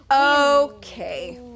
Okay